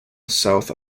south